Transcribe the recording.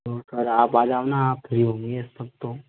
तो सर आप आ जाओ ना आप फ्री नहीं है सब तो